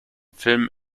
filmen